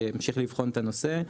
שימשיך לבחון את הנושא,